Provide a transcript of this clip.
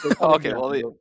Okay